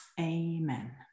Amen